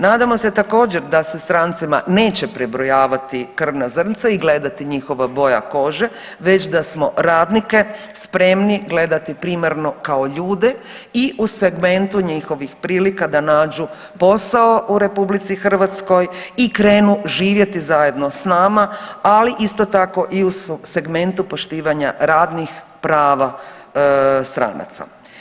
Nadamo se također da se strancima neće prebrojavati krvna zrnca i gledati njihova boja kože već da smo radnike spremni gledati primarno kao ljude i u segmentu njihovih prilika da nađu posao u RH i krenu živjeti zajedno s nama, ali isto tako i u segmentu poštivanja radnih prava stranaca.